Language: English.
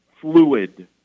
fluid